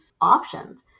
options